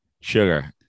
Sugar